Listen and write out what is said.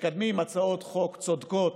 מקדמים הצעות חוק צודקות,